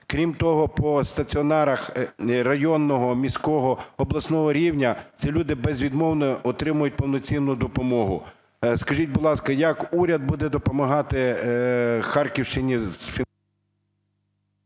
Крім того, по стаціонарах районного, міського, обласного рівня ці люди безвідмовно отримують повноцінну допомогу. Скажіть, будь ласка, як уряд буде допомагати Харківщині з…